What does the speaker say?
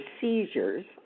seizures